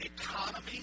economy